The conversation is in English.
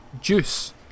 Juice